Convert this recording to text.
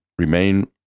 remain